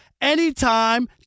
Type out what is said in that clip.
anytime